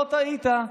לא טעית.